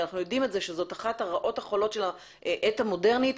ואנחנו יודעים את זה שזאת אחרת הרעות החולות של העת המודרנית,